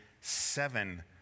seven